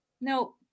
no